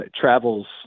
travels